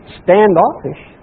standoffish